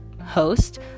host